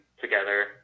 together